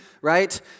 right